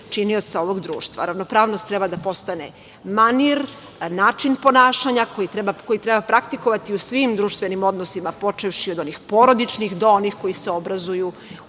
činioca ovog društva. Ravnopravnost treba da postane manir, način ponašanja koji treba praktikovati u svim društvenim odnosima, počevši od onih porodičnih do onih koji se obrazuju u